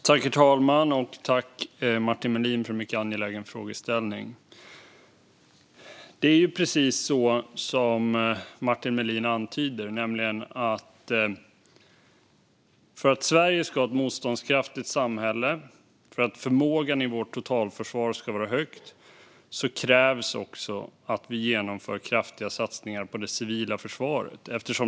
Herr talman! Tack, Martin Melin, för en mycket angelägen frågeställning! Det är precis så som Martin Melin antyder, nämligen att för att Sverige ska ha ett motståndskraftigt samhälle och för att förmågan i vårt totalförsvar ska vara hög krävs också kraftiga satsningar på det civila försvaret.